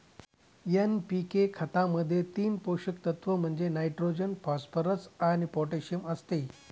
NPK खतामध्ये तीन पोषक तत्व म्हणजे नायट्रोजन, फॉस्फरस आणि पोटॅशियम असते